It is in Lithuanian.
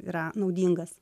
yra naudingas